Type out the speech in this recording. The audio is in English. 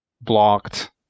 blocked